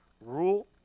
rule